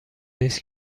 نیست